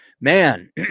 man